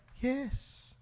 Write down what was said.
Yes